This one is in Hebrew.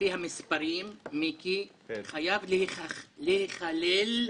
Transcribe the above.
לפי המספרים, מיקי, חייב להיכלל בתיקון,